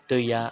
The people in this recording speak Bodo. दैआ